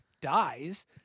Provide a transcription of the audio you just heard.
dies